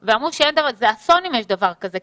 והם אמרו שזה אסון אם יש דבר כזה,